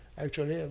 actually, and